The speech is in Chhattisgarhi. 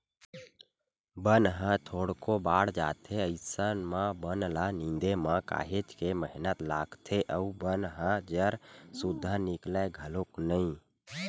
बन ह थोरको बाड़ जाथे अइसन म बन ल निंदे म काहेच के मेहनत लागथे अउ बन ह जर सुद्दा निकलय घलोक नइ